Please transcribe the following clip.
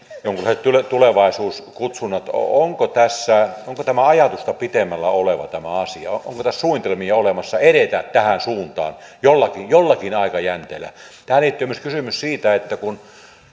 olisi jonkunlaiset tulevaisuuskutsunnat onko tämä ajatusta pitemmällä oleva asia onko tässä suunnitelmia olemassa edetä tähän suuntaan jollakin jollakin aikajänteellä tähän liittyy myös kysymys siitä että